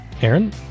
Aaron